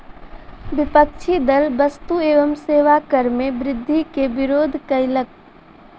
विपक्षी दल वस्तु एवं सेवा कर मे वृद्धि के विरोध कयलक